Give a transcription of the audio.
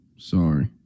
Sorry